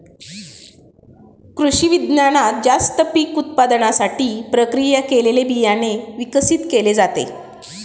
कृषिविज्ञानात जास्त पीक उत्पादनासाठी प्रक्रिया केलेले बियाणे विकसित केले जाते